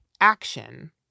action